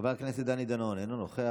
חבר הכנסת דני דנון, אינו נוכח.